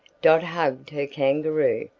dot hugged her kangaroo,